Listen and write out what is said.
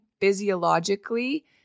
physiologically